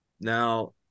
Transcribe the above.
Now